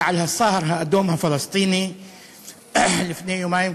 על "הסהר האדום" הפלסטיני לפני יומיים,